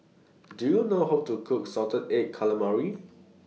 Do YOU know How to Cook Salted Egg Calamari